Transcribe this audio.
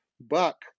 Buck